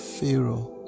Pharaoh